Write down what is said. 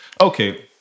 Okay